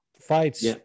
fights